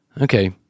Okay